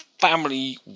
family